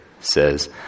says